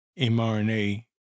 mRNA